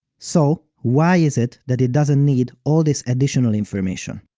so, why is it that it doesn't need all this additional information?